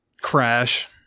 crash